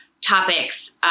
topics